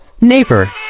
Neighbor